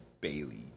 Bailey